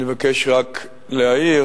אני מבקש רק להעיר